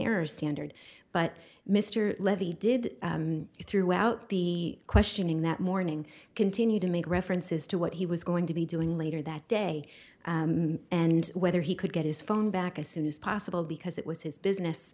error standard but mr levy did throughout the questioning that morning continued to make references to what he was going to be doing later that day and whether he could get his phone back as soon as possible because it was his